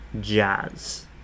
jazz